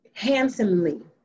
handsomely